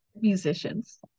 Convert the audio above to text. musicians